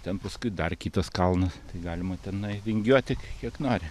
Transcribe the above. ten paskui dar kitas kalnas tai galima tenai vingiuoti kiek nori